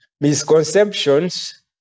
misconceptions